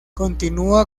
continúa